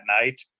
night